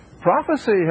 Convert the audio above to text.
Prophecy